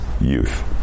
youth